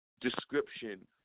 description